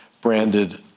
branded